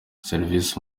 serivisi